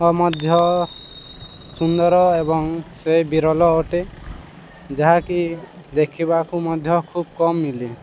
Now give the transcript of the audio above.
ମଧ୍ୟ ସୁନ୍ଦର ଏବଂ ସେ ବିରଳ ଅଟେ ଯାହାକି ଦେଖିବାକୁ ମଧ୍ୟ ଖୁବ୍ କମ୍ ମିଳେ